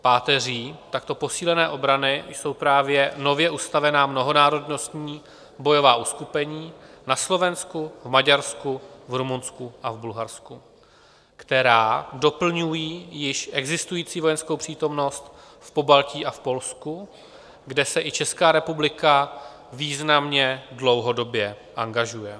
Páteří takto posílené obrany jsou právě nově ustavená mnohonárodnostní bojová uskupení na Slovensku, v Maďarsku, v Rumunsku a v Bulharsku, která doplňují již existující vojenskou přítomnost v Pobaltí a Polsku, kde se i Česká republika významně dlouhodobě angažuje.